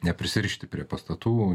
neprisirišti prie pastatų